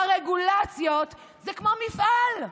לרגולציות זה כמו מפעל.